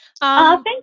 Thank